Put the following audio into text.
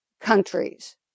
countries